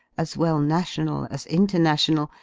as well national as international,